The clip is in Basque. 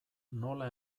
nola